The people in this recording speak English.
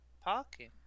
parking